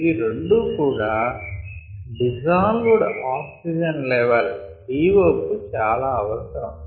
ఇవి రెండు కూడా డిజాల్వ్డ్ ఆక్సిజన్ లెవల్ DO కు చాలా అవసరం